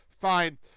Fine